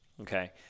Okay